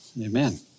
Amen